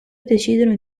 decidono